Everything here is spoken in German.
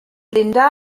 linda